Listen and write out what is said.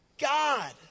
God